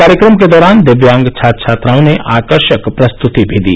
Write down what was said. कार्यक्रम के दौरान दिव्यांग छात्र छात्राओं ने आकर्षक प्रस्तुति भी दी